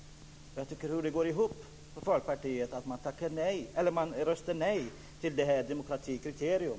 Hur går det ihop för Folkpartiet att rösta nej till ett demokratikriterium?